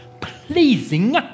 pleasing